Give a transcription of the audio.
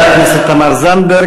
בבקשה, חברת הכנסת תמר זנדברג.